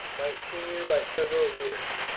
my senior by several years,